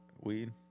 Weed